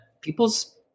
people's